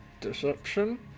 deception